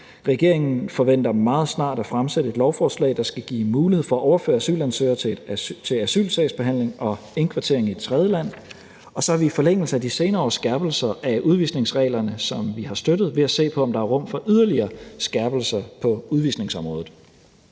regeringen forventer meget snart at fremsætte et lovforslag, der skal give mulighed for at overføre asylansøgere til asylsagsbehandling og indkvartering i et tredjeland, og så er vi i forlængelse af de senere års skærpelser af udvisningsreglerne, som vi har støttet, ved at se på, om der er rum for yderligere skærpelser på udvisningsområdet.